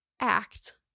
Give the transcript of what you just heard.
act